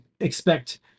expect